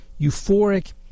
euphoric